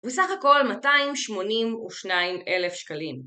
ובסך הכל 282,000 שקלים